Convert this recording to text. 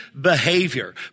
behavior